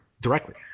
directly